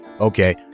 Okay